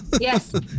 Yes